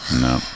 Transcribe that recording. No